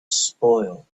spoil